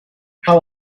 how